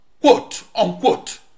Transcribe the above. quote-unquote